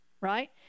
Right